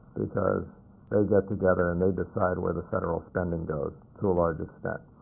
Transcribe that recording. because they get together and they decide where the federal spending goes, to a large extent.